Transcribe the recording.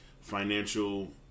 financial